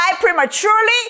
prematurely